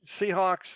Seahawks